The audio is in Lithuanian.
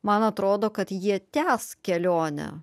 man atrodo kad jie tęs kelionę